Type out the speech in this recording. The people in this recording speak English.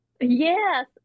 Yes